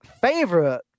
favorite